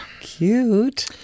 Cute